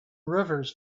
rivers